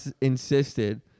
insisted